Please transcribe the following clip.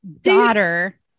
daughter